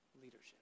leadership